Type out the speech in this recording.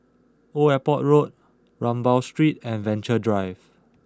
Old Airport Road Rambau Street and Venture Drive